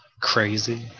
crazy